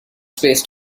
spaced